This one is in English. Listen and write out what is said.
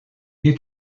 you